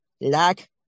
lack